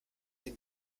den